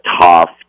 tough